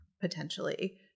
potentially